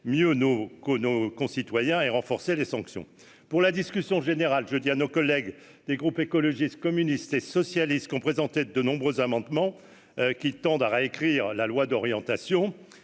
que nos concitoyens et renforcer les sanctions pour la discussion générale, je dis à nos collègues des groupes écologistes, communistes et sociale est-ce qu'on présentait de nombreux amendements qui tendent à réécrire la loi d'orientation